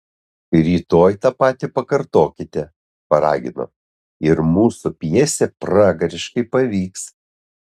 rytoj tą patį pakartokite paragino ir mūsų pjesė pragariškai pavyks